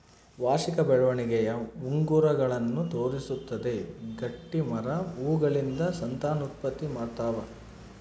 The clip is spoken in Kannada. ವಾರ್ಷಿಕ ಬೆಳವಣಿಗೆಯ ಉಂಗುರಗಳನ್ನು ತೋರಿಸುತ್ತದೆ ಗಟ್ಟಿಮರ ಹೂಗಳಿಂದ ಸಂತಾನೋತ್ಪತ್ತಿ ಮಾಡ್ತಾವ